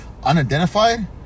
Unidentified